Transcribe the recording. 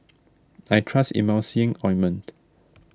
I trust Emulsying Ointment